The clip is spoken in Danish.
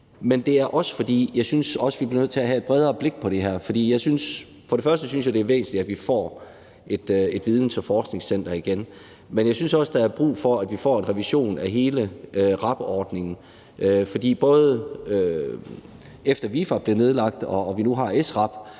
Men det er også, fordi jeg også synes, at vi bliver nødt til have et bredere blik på det her. Først og fremmest synes jeg, det er væsentligt, at vi får et videns- og forskningscenter igen, men jeg synes også, at der er brug for, at vi får en revision af hele RAB-ordningen, for både efter ViFAB blev nedlagt og vi nu har SRAB,